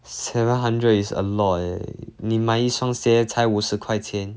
seven hundred is a lot eh 你买一双鞋才五十块钱